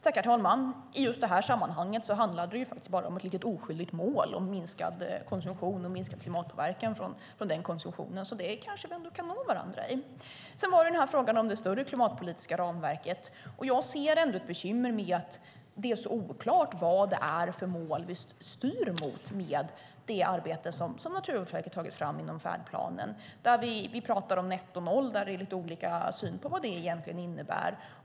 Herr talman! I just det här sammanhanget handlade det faktiskt bara om ett litet oskyldigt mål om minskad konsumtion och minskad klimatpåverkan från den konsumtionen. Så där kanske vi ändå kan nå varandra. Sedan var det frågan om det större klimatpolitiska ramverket. Jag ser ändå ett bekymmer med att det är så oklart vad det är för mål vi styr mot med det arbete som Naturvårdsverket tagit fram inom färdplanen. Vi pratar om netto noll. Det är lite olika syn på vad det egentligen innebär.